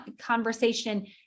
conversation